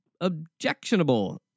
objectionable